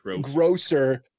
grosser